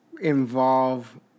involve